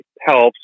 helps